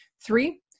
Three